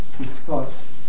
discuss